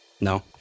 No